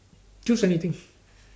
choose anything